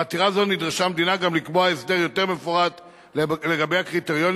בעתירה זו נדרשה המדינה גם לקבוע הסדר יותר מפורט לגבי הקריטריונים